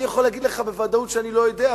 אני יכול להגיד לך בוודאות שאני לא יודע,